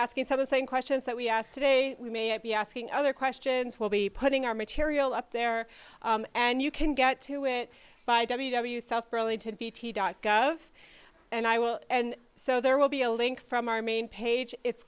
you some the same questions that we asked today we may be asking other questions will be putting our material up there and you can get to it by w w south burlington v t dot gov and i will and so there will be a link from our main page it's